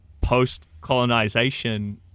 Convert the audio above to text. post-colonization